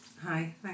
Hi